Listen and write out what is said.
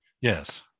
Yes